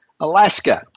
Alaska